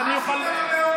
הציבור לא מטומטם,